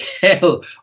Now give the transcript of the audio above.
hell